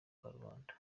karubanda